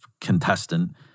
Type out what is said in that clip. contestant